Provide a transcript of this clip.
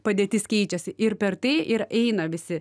padėtis keičiasi ir per tai ir eina visi